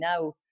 now